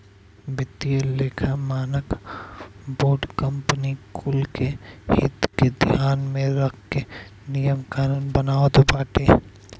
वित्तीय लेखा मानक बोर्ड कंपनी कुल के हित के ध्यान में रख के नियम कानून बनावत बाटे